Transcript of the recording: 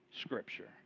scripture